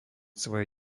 svoje